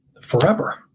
forever